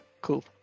Cool